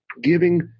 giving